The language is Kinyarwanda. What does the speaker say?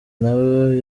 nawe